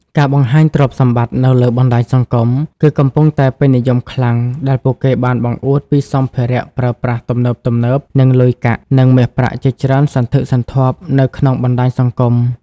ការបង្ហាញទ្រព្យសម្បត្តិនៅលើបណ្តាញសង្គមគឺកំពុងតែពេញនិយមខ្លាំងដែលពួកគេបានបង្អួតពីសម្ភារៈប្រើប្រាស់ទំនើបៗនិងលុយកាក់និងមាសប្រាក់ជាច្រើនសន្ធឹកសន្ធាប់នៅក្នុងបណ្តាញសង្គម។